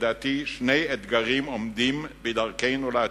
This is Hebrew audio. לדעתי שני אתגרים עומדים בדרכנו לעתיד: